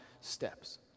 steps